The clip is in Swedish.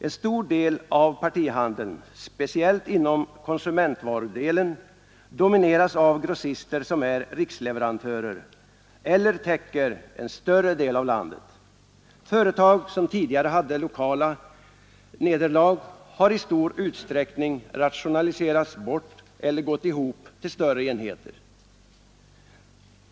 En stor del av partihandeln, speciellt inom konsumentvarudelen, domineras av grossister som är riksleverantörer eller täcker en större del av landet. Företag som tidigare hade lokala nederlag har i stor utsträckning rationaliserats bort eller gått ihop till större enheter.